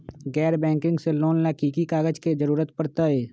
गैर बैंकिंग से लोन ला की की कागज के जरूरत पड़तै?